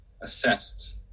assessed